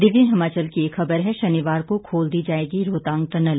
दिव्य हिमाचल की एक खबर है शनिवार को खोल दी जाएगी रोहतांग टनल